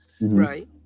Right